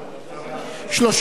35 בעד,